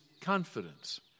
confidence